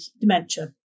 dementia